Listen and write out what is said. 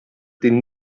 den